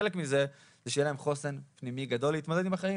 חלק מזה זה שיהיה להם חוסן פנימי גדול להתמודד עם החיים,